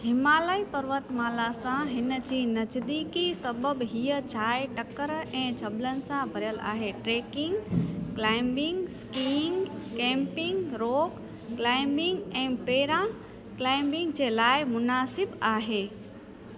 हिमालय पर्वतमाला सां हिनजी नज़दीकी सबबु हीअ जाइ टकर ऐं जबलनि सां भरियलु आहे ऐं trekking climbing skiing camping rock climbing ऐं पैराक्लाइंबिंग जे लाइ मुनासिबु आहे